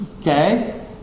Okay